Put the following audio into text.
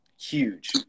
huge